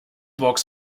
walks